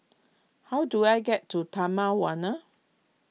how do I get to Taman Warna